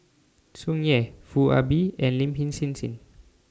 Tsung Yeh Foo Ah Bee and Lin Him Hsin Hsin